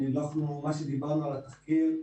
מה שדיברנו על התחקיר,